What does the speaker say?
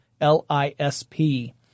L-I-S-P